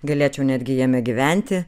galėčiau netgi jame gyventi